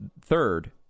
third